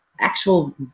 actual